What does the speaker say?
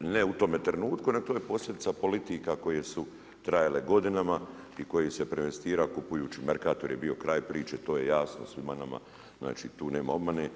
ne u tome trenutku nego je to posljedica politika koje su trajale godinama i koje se preinvestira kupujući Merkator je bio kraj priče to je jasno svima nama, znači tu nema obmane.